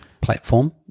platform